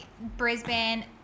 Brisbane